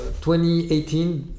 2018